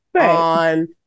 on